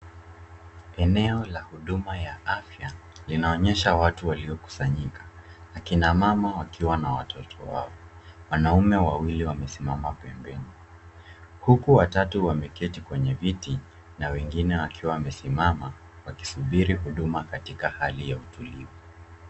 Eneo la huduma ya afya inaonyesha watu waliokusanyika, akina mama wakiwa na watoto wao. Wanaume wawili wamesimama pembeni, huku watatu wameketi kwenye viti na wengine wakiwa wamesiamama wakisubiri huduma katika hali ya utulivu.